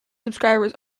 subscribers